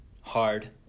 hard